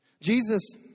Jesus